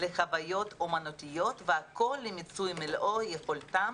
לחוויות אומנותיות והכל למיצוי יכולתם